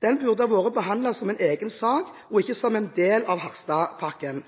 Den burde ha vært behandlet som en egen sak, og ikke som en del av Harstad-pakken.